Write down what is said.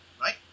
Right